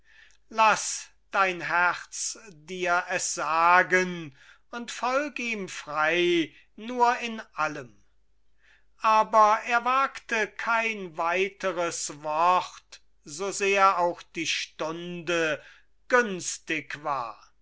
laß dein herz dir es sagen und folg ihm frei nur in allem aber er wagte kein weiteres wort so sehr auch die stunde günstig war